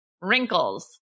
Wrinkles